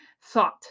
thought